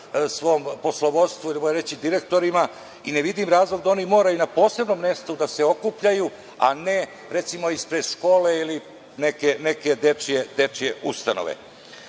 svom poslovodstvu ili bolje reći direktorima. Ne vidim razlog da oni moraju na posebnom mestu da se okupljaju, a ne recimo ispred škole ili neke dečije ustanove. Mi,